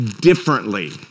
differently